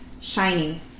shiny